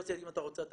יוסי, אם אתה רוצה אתה